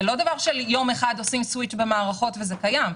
זה לא דבר שיום אחד עושים סוויץ' במערכות וזה קיים,